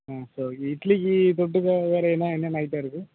so இட்லிக்கு தொட்டுக்க வேறு என்ன என்ன ஐட்டம் இருக்குது